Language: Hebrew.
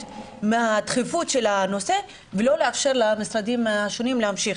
מהדחיפות של הנושא ולא לאפשר למשרדים השונים להמשיך.